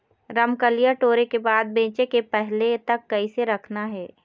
रमकलिया टोरे के बाद बेंचे के पहले तक कइसे रखना हे?